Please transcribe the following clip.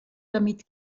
damit